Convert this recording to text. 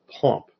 pump